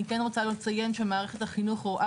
אני כן רוצה לציין שמערכת החינוך רואה